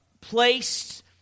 placed